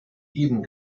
eben